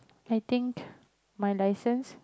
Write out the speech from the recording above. I think my license